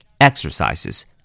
Exercises